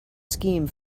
scheme